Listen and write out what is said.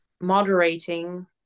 moderating